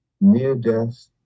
near-death